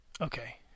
Okay